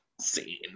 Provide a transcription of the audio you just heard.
scene